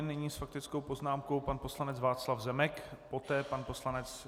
Nyní s faktickou poznámkou pan poslanec Václav Zemek, poté pan poslanec...